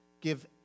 give